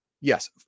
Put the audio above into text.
Yes